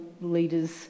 leaders